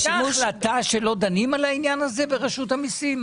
הייתה החלטה שלא דנים על העניין הזה ברשות המסים?